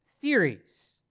theories